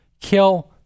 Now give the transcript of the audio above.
kill